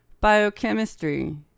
Biochemistry